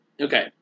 Okay